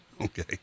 Okay